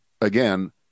again